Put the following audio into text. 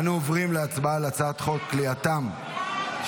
אנו עוברים להצבעה על הצעת חוק כליאתם של